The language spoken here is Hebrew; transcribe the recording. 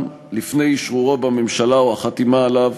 אנחנו צריכים לעשות